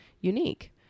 unique